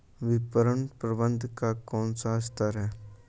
विपणन प्रबंधन का कौन सा स्तर है?